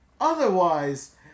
Otherwise